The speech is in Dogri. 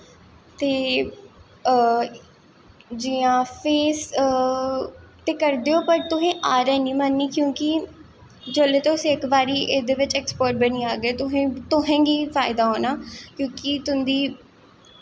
ते जि'यां फेस ते करदे ओ पर तुसें हार ऐनी मनन्नी क्योंकि जोल्लै तुस इक बारी एह्दे बिच एक्सपर्ट बनी जाह्गे तुसें गी फायदा होना क्योंकि तुं'दी